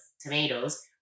tomatoes